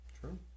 True